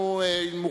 ולא דיבר אתמול,